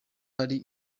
hari